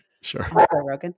Sure